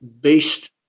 based